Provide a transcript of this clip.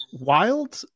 wild